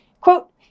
Quote